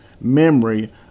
memory